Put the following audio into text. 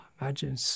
Imagine